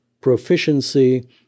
proficiency